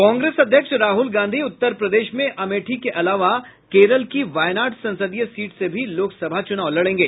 कांग्रेस अध्यक्ष राहल गांधी उत्तर प्रदेश में अमेठी के अलावा केरल की वायनाड संसदीय सीट से भी लोकसभा चुनाव लड़ेंगे